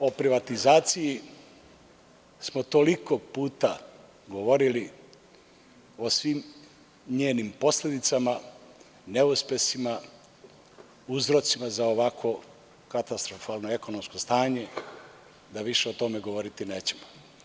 Prvo, o privatizaciji smo toliko puta govorili, o svim njenim posledicama, neuspesima, uzrocima za ovakvo katastrofalno ekonomsko stanje, da više o tome govoriti nećemo.